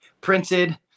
printed